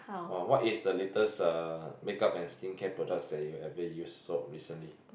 orh what is the latest uh make up and skincare products that you've ever used sold recently